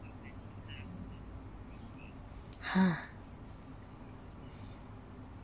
ha